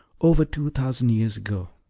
over two thousand years ago.